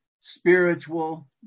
spiritual